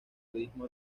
budismo